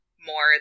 more